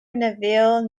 neville